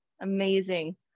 amazing